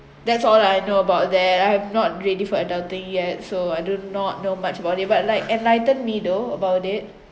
that's all I know about that I have not ready for adulting yet so I do not know much about it but like enlighten me though about it